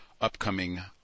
upcoming